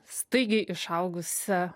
staigiai išaugusią